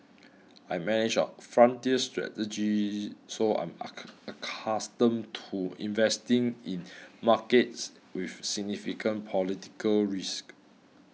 I manage our frontier strategy so I'm accustomed to investing in markets with significant political risk